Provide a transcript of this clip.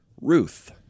Ruth